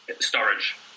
storage